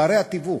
פערי התיווך,